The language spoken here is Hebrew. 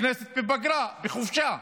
הכנסת בפגרה, בחופשה.